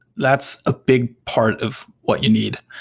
that's a big part of what you need.